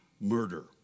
murder